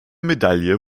medaille